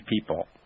people